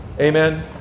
amen